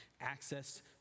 access